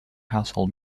household